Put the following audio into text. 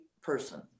person